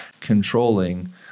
controlling